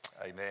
Amen